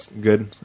good